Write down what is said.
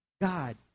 God